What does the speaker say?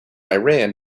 iran